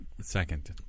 second